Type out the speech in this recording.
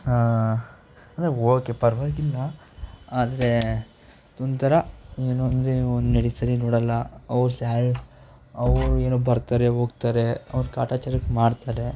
ಅಂದರೆ ಓಕೆ ಪರವಾಗಿಲ್ಲ ಆದರೆ ಒಂಥರ ಏನೊಂದ್ರೇನೊ ಒಂದು ನೋಡೋಲ್ಲ ಅವ್ರ ಸ್ಯಾಲ್ ಅವ್ರು ಏನೊ ಬರ್ತಾರೆ ಹೋಗ್ತಾರೆ ಅವ್ರು ಕಾಟಾಚಾರಕ್ಕೆ ಮಾಡ್ತಾರೆ